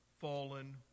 fallen